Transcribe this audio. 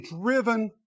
driven